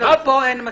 פה אין מצגות.